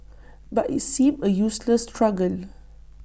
but IT seemed A useless struggle